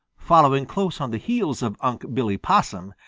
following close on the heels of unc' billy possum,